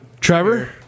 Trevor